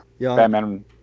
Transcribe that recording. Batman